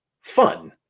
fun